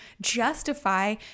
justify